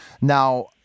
Now